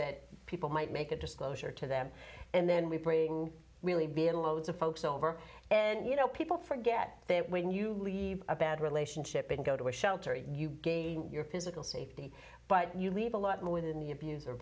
that people might make a disclosure to them and then we bring really be a loads of folks over and you know people forget that when you leave a bad relationship and go to a shelter you gave your physical safety but you leave a lot more in the abuse